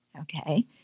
okay